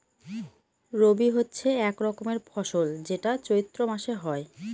রবি হচ্ছে এক রকমের ফসল যেটা চৈত্র মাসে হয়